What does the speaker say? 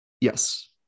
Yes